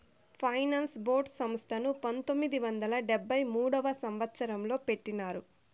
finance board సంస్థను పంతొమ్మిది వందల డెబ్భై మూడవ సంవచ్చరంలో పెట్టినారు